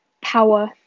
power